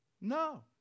No